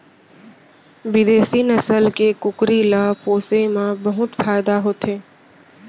बिदेसी नसल के कुकरी ल पोसे म बहुत फायदा होथे